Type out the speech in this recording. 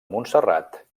montserrat